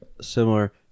similar